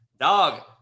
dog